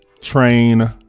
train